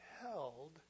held